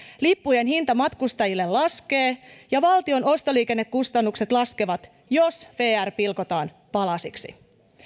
lippujen hinta matkustajille laskee ja valtion ostoliikennekustannukset laskevat jos vr pilkotaan palasiksi